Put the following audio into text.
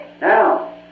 Now